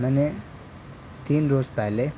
میں نے تین روز پہلے